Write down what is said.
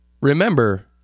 Remember